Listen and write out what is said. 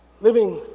Living